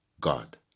God